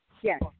Yes